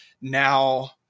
now